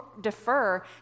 defer